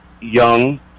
young